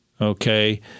Okay